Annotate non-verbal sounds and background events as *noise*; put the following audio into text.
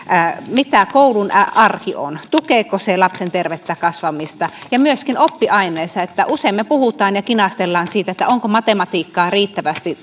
mitä koulun arki on tukeeko se lapsen tervettä kasvamista myöskin oppiaineissa usein me puhumme ja kinastelemme siitä onko matematiikkaa riittävästi *unintelligible*